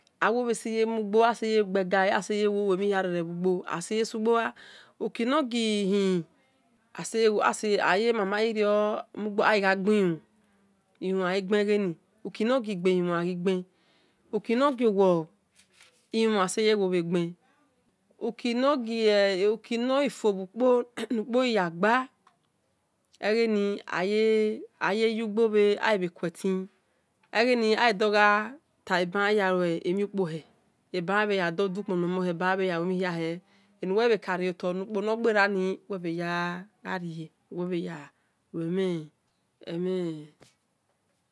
Awo bhe mugbe aseye gbe igha le ai seye si igbo wa ukino ghi ijle aghi gha gbi-ilumhun uni noghi-igbe ilumhun egben uki no ghi owolo ilumhun ese ye wo gben uki no ghi fo bhi ukpo ni akpo ghi ya gben eghe yeyi ugbo bhe egibhe ilue tin eghene adogha ta ebaya me mhin kpohe eba khian ya di ukpon nomon he ebi akhian yalu emhin hia he emhin nawe bhen ka nie yi otobhi eni ukpomon gberani uwe bhe ya aa rie uwe bhe ya lue emhin emhin